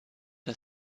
der